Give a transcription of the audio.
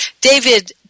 David